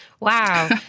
Wow